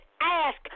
ask